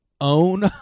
own